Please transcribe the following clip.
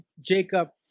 jacob